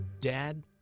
Dad